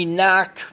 knock